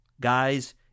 Guys